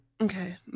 Okay